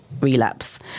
relapse